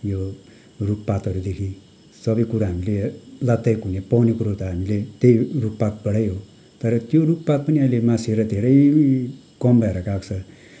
यो रुखपातहरूदेखि सबै कुरा हामीले लाभदायक हुने पाउने कुरो त हामीले त्यही रुखपातबाटै हो तर त्यो रुखपात पनि अहिले मासिएर धेरै कम भएर गएको छ